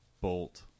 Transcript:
bolt